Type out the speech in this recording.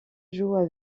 jouent